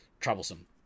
troublesome